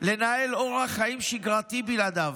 לנהל אורח חיים שגרתי בלעדיו.